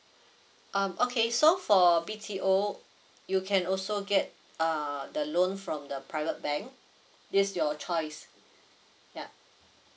um okay so for B_T_O you can also get uh the loan from the private bank is your choice yup